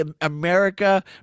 America